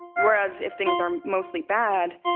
whereas if things are mostly bad,